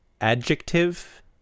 adjective